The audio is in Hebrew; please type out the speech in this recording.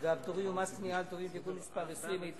והפטורים ומס קנייה על טובין (תיקון מס' 20),